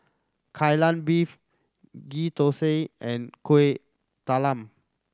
Kai Lan Beef Ghee Thosai and Kueh Talam